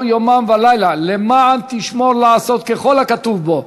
יומם ולילה למען תשמֹר לעשות ככל הכתוב בו